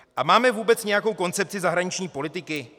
A máme vůbec nějakou koncepci zahraniční politiky?